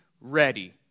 ready